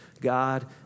God